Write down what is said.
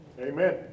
Amen